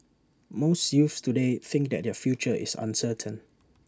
most youths today think that their future is uncertain